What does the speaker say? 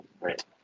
Right